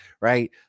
right